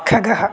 खगः